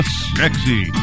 sexy